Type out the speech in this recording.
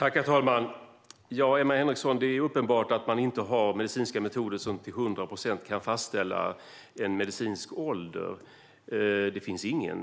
Herr talman! Det är uppenbart, Emma Henriksson, att det inte finns medicinska metoder som till hundra procent kan fastställa en medicinsk ålder. Det finns ingen